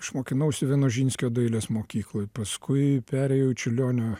aš mokinausi vienožinskio dailės mokykloj paskui perėjau į čiurlionio